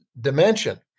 dimension